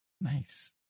Nice